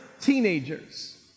teenagers